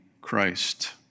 Christ